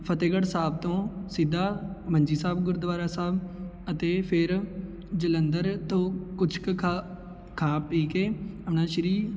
ਫਤਿਹਗੜ੍ਹ ਸਾਹਿਬ ਤੋਂ ਸਿੱਧਾ ਮੰਜੀ ਸਾਹਿਬ ਗੁਰਦੁਆਰਾ ਸਾਹਿਬ ਅਤੇ ਫੇਰ ਜਲੰਧਰ ਤੋਂ ਕੁਝ ਕੁ ਖਾ ਖਾ ਪੀ ਕੇ ਆਪਣਾ ਸ਼੍ਰੀ